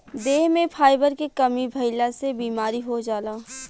देह में फाइबर के कमी भइला से बीमारी हो जाला